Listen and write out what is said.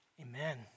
Amen